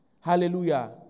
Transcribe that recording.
Hallelujah